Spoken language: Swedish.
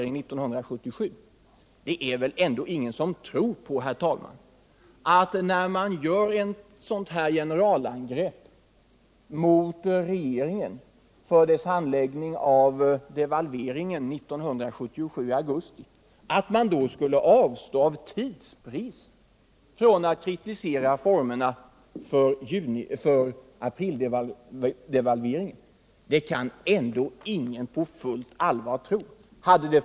När man gör ett sådant här generalangrepp mot regeringen för dess handläggning av devalveringen i augusti 1977, är det väl ingen som tror att man av tidsbrist skulle avstå från att kritisera formerna för aprildevalveringen. Det kan ingen på fullt allvar tro på.